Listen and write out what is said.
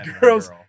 girls